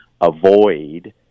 avoid